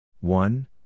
One